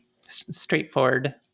straightforward